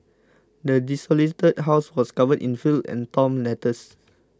the desolated house was covered in filth and torn letters